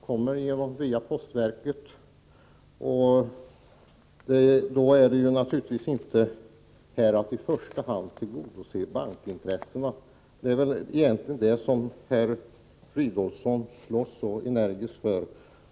Då gäller det inte att i första hand tillgodose bankintressena — det är väl egentligen dem som herr Fridolfsson slåss så energiskt för.